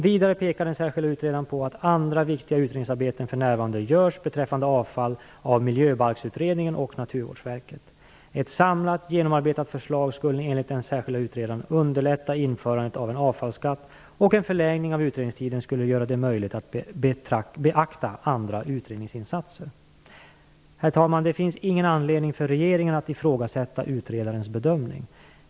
Vidare pekar den särskilde utredaren på att andra viktiga utredningsarbeten för närvarande görs av Miljöbalksutredningen och Naturvårdsverket beträffande avfall. Ett samlat, genomarbetat förslag skulle enligt den särskilde utredaren underlätta införandet av en avfallsskatt, och en förlängning av utredningstiden skulle göra det möjligt att beakta andra utredningsinsatser. Herr talman! Det fanns ingen anledning för regeringen att ifrågasätta utredarens bedömning.